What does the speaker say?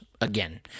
again